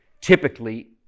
Typically